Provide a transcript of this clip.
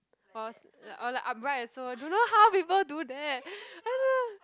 cause or like upright also don't know how people do that how do you